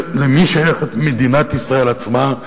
למי שייכת מדינת ישראל עצמה,